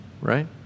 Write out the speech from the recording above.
right